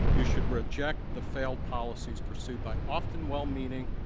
you should reject the failed policies pursued by often well-meaning,